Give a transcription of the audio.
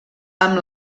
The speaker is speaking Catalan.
amb